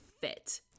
fit